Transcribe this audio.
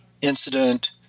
incident